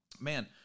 man